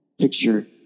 picture